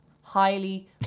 highly